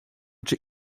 czy